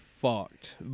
fucked